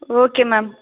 okay ma'am